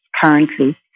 currently